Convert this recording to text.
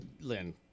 Lynn